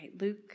Luke